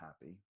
happy